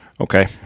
Okay